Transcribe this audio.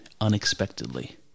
unexpectedly